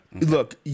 Look